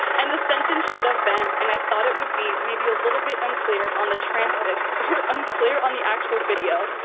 and the sentence should have been and i thought it would be maybe a little bit unclear, on the transcript, or unclear on the actual video.